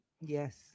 yes